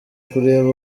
kureba